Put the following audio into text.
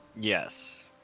Yes